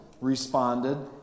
responded